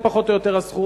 וזה פחות או יותר הסכום,